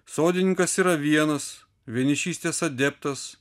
sodininkas yra vienas vienišystės adeptas